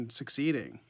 succeeding